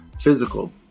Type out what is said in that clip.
physical